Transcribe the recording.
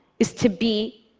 is to be,